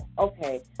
okay